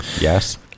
Yes